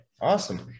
awesome